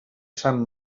sant